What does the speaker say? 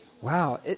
Wow